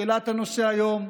שהעלה את הנושא היום.